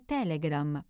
Telegram